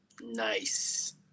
Nice